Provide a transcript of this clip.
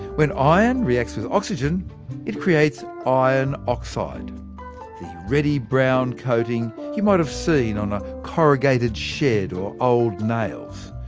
when iron reacts with oxygen it creates iron oxide the reddy-brown coating you might have seen on a corrugated shed or old nails.